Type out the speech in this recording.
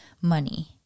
money